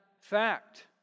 fact